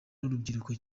n’urubyiruko